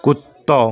کتّا